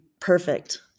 perfect